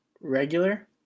regular